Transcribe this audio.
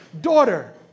daughter